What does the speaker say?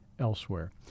elsewhere